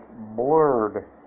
blurred